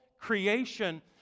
creation